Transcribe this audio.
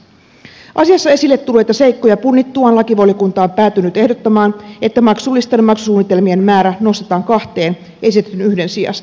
asiassa esille tulleita seikkoja punnittuaan lakivaliokunta on päätynyt ehdottamaan että maksullisten maksusuunnitelmien määrä nostetaan kahteen esitetyn yhden sijasta